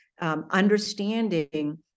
Understanding